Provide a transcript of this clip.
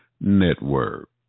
Network